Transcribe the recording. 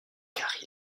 car